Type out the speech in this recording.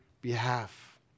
behalf